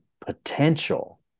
potential